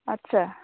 আচ্ছা